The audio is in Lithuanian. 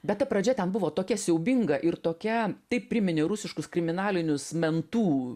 bet ta pradžia ten buvo tokia siaubinga ir tokia priminė rusiškus kriminalinius mentų